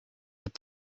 but